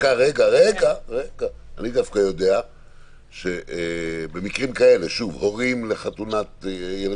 אני דווקא יודע שבמקרים כאלה, הורים לחתונת הילד,